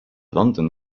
london